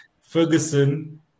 ferguson